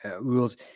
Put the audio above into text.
rules